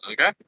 Okay